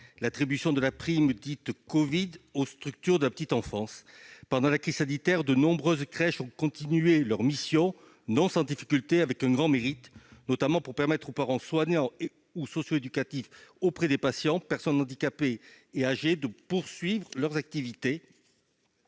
l'attribution de la prime covid aux structures de la petite enfance. Pendant la crise sanitaire, de nombreuses crèches ont continué d'exercer leurs missions, non sans difficultés et avec un grand mérite, notamment pour permettre aux parents soignants ou socio-éducatifs auprès des patients, personnes handicapées et âgées de poursuivre leurs activités